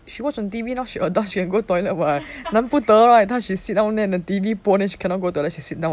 she watch on T_V now she got time she can go toilet [what] 难不得 right now she just sit down there then the T_V 播 then she cannot go to the toilet she sit down there